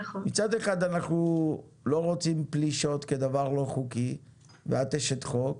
מצד אחד אנחנו לא רוצים פלישות כדבר לא חוקי ואת אשת חוק,